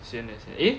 sian leh sia eh